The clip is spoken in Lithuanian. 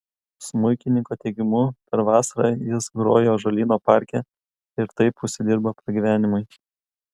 smuikininko teigimu per vasarą jis groja ąžuolyno parke ir taip užsidirba pragyvenimui